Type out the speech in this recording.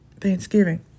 thanksgiving